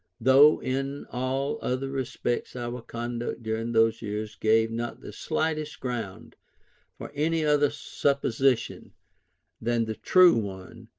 though in all other respects our conduct during those years gave not the slightest ground for any other supposition than the true one,